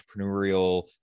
entrepreneurial